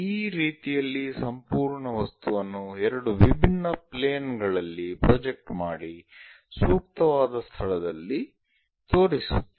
ಈ ರೀತಿಯಲ್ಲಿ ಸಂಪೂರ್ಣ ವಸ್ತುವನ್ನು ಎರಡು ವಿಭಿನ್ನ ಪ್ಲೇನ್ ಗಳಲ್ಲಿ ಪ್ರೊಜೆಕ್ಟ್ ಮಾಡಿ ಸೂಕ್ತವಾದ ಸ್ಥಳದಲ್ಲಿ ತೋರಿಸುತ್ತೇವೆ